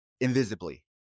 invisibly